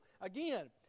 Again